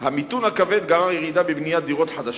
המיתון הכבד גרר ירידה בבניית דירות חדשות,